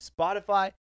Spotify